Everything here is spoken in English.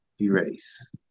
erase